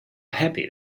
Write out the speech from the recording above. happy